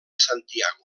santiago